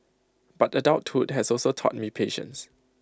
but adulthood has also taught me patience